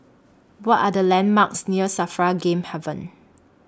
What Are The landmarks near SAFRA Game Haven